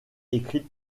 écrites